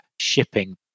shipping